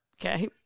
okay